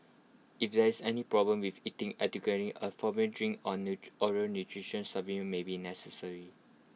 if there is any problem with eating adequately A for drink oral nutrition supplement may be necessary